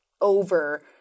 over